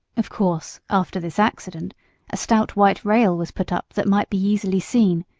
of course after this accident a stout white rail was put up that might be easily seen,